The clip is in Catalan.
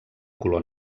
color